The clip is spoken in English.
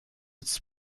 its